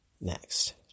next